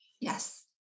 Yes